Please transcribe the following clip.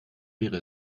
wäre